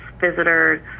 visitors